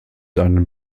einen